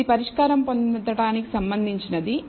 ఇది పరిష్కారం పొందటానికి సంబంధించినది